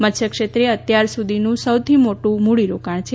મત્સ્ય ક્ષેત્રે આ અત્યાર સુધીનું સૌથી મોટું મૂડીરોકાણ છે